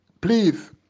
please